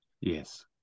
yes